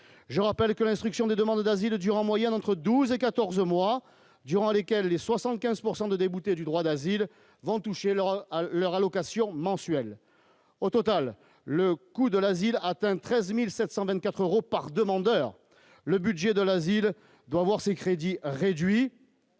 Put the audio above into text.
je rappelle que l'instruction des demandes d'asile dure en moyenne entre 12 et 14 mois durant lesquels les 75 pourcent de déboutés du droit d'asile vont toucher leur leur allocation mensuelle, au total, le coût de l'asile atteint 13724 euros par demandeur, le budget de l'asile doit voir ses crédits réduits.